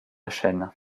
chaîne